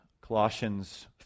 Colossians